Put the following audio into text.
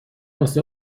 واسه